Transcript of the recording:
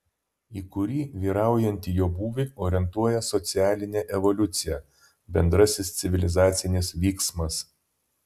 į kurį vyraujantį jo būvį orientuoja socialinė evoliucija bendrasis civilizacinis vyksmas